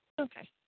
Okay